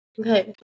Okay